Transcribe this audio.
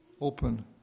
open